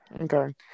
Okay